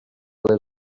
les